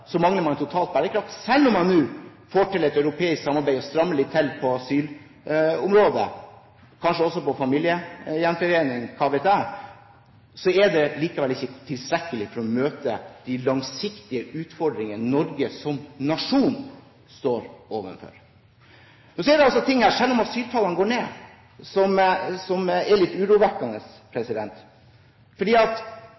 mangler man totalt bærekraft. Selv om man nå får til et europeisk samarbeid og strammer litt til på asylområdet, kanskje også på familiegjenforening – hva vet jeg – er det likevel ikke tilstrekkelig for å møte de langsiktige utfordringene Norge som nasjon står overfor. Selv om asyltallene går ned, er det ting her som er litt urovekkende. Hvis man nå har fått tallene ned